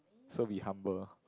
so be humble